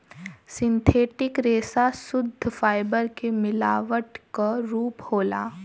synthetic रेसा सुद्ध fibre के मिलावट क रूप होला